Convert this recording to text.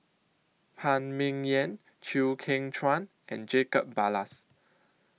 Phan Ming Yen Chew Kheng Chuan and Jacob Ballas